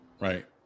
right